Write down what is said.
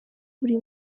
buri